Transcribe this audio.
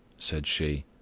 said she.